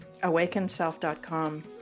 Awakenself.com